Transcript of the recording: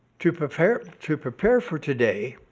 to prepare to prepare for today,